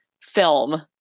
film